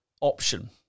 option